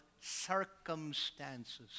circumstances